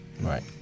Right